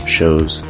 Shows